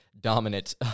dominant